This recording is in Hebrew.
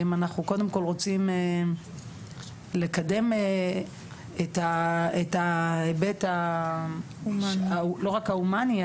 אם אנחנו קודם כל רוצים לקדם את ההיבט לא רק ההומני,